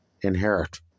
inherit